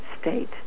state